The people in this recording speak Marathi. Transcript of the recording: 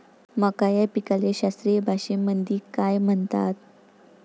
मका या पिकाले शास्त्रीय भाषेमंदी काय म्हणतात?